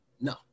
No